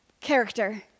character